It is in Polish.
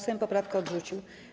Sejm poprawkę odrzucił.